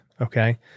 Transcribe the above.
Okay